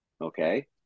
okay